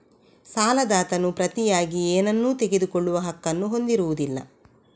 ಸಾಲದಾತನು ಪ್ರತಿಯಾಗಿ ಏನನ್ನೂ ತೆಗೆದುಕೊಳ್ಳುವ ಹಕ್ಕನ್ನು ಹೊಂದಿರುವುದಿಲ್ಲ